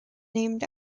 named